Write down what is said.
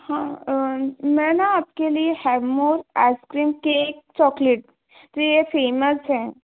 हाँ मैं न आपके लिए हैवमोर आइसक्रीम केक चॉकलेट तो ये फ़ेमस हैं